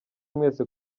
mwese